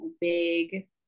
big